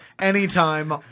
anytime